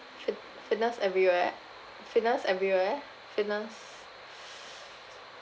fit~ fitness everywhere ah fitness everywhere fitness